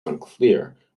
unclear